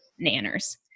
nanners